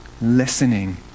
listening